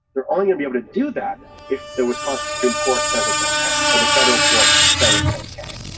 they're only gonna be able to do that if there was hot. supreme court says it's ok or the federal courts say it's ok.